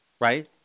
right